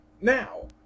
now